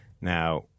Now